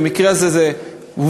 במקרה הזה זה מובלט,